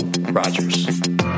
Rogers